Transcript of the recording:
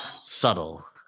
subtle